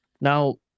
Now